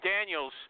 Daniels